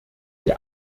der